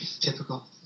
typical